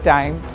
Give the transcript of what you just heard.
Time